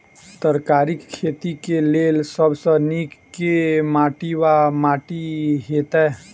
तरकारीक खेती केँ लेल सब सऽ नीक केँ माटि वा माटि हेतै?